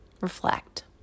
Reflect